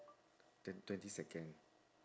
twen~ twenty second